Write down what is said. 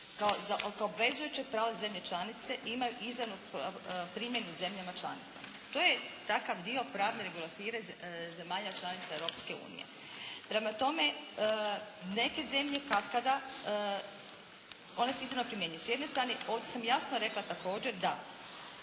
kao obvezujuće pravo zemlje članice ima izravnu primjenu u zemljama članicama. To je takav dio pravne regulative zemalja članica Europske unije. Prema tome, neke zemlje katkada, one se izravno primjenjuju. S jedne strane ovdje sam jasno rekla također da